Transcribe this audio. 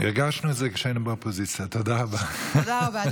תודה רבה,